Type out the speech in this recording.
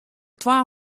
twa